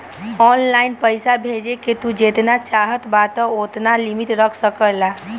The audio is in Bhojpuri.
ऑनलाइन पईसा भेजला के तू जेतना चाहत बाटअ ओतना लिमिट रख सकेला